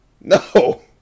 No